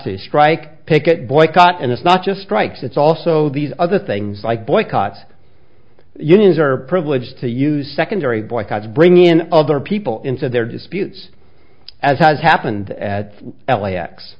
to strike picket boycott and it's not just strikes it's also these other things like boycotts unions are privileged to use secondary boycotts bring in other people into their disputes as has happened at l